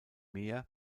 meer